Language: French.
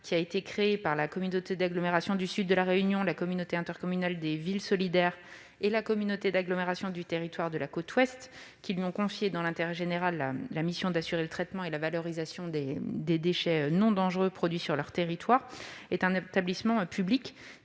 a été créé par la communauté d'agglomération du Sud de La Réunion, la communauté intercommunale des villes solidaires et la communauté d'agglomération du territoire de la côte Ouest, qui lui ont confié, dans l'intérêt général, la mission d'assurer le traitement et la valorisation des déchets non dangereux produits sur leur territoire. Il s'agit d'un établissement public